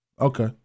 Okay